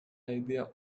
idea